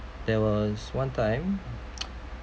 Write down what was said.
there was one time